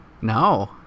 No